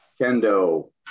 kendo